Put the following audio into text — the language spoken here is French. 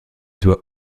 doit